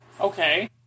Okay